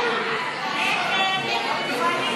פקודת התעבורה (הגבלת דמי חניה בחניונים),